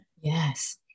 Yes